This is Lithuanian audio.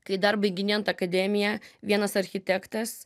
kai dar baiginėjant akademiją vienas architektas